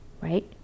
right